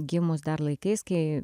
gimus dar laikais kai